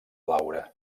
laura